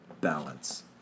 balance